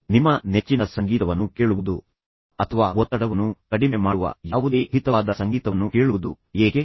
ನಿಮ್ಮ ನೆಚ್ಚಿನ ಸಂಗೀತವನ್ನು ಕೇಳುವುದು ಅಥವಾ ಒತ್ತಡವನ್ನು ಕಡಿಮೆ ಮಾಡುವ ಯಾವುದೇ ಹಿತವಾದ ಸಂಗೀತವನ್ನು ಕೇಳುವುದು ಏಕೆ